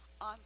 on